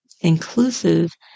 inclusive